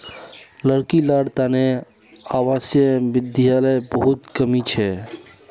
लड़की लार तने आवासीय विद्यालयर बहुत कमी छ